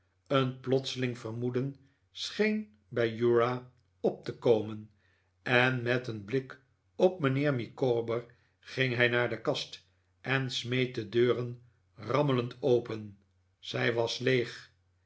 een plotseling vermoeden scheen bij uriah op te komen en met een blik op mijnheer micawber ging hij naar de kast en smeet de deuren rammelend open zij was leeg